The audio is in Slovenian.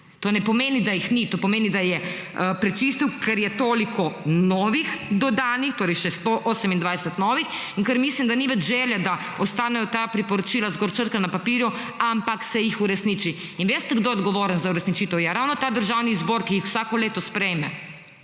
To ne pomeni, da jih ni. To pomeni, da je prečistil, ker je toliko novih dodanih, torej še 128 novih, in ker mislim, da ni več želje, da ostanejo ta priporočila zgolj črka na papirju, ampak se jih uresniči. In veste, kdo je odgovoren za uresničitev? Ravno Državni zbor, ki jih vsako leto sprejme!